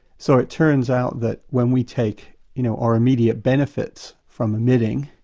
so it turns out that when we take you know our immediate benefits from emitting,